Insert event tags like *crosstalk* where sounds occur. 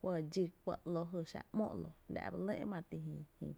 kuɇ dxi kuɇ, ‘ló jy xáá’ ‘mo la’ ba lɇ e ma ret ti jïï *hesitation* jïï